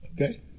Okay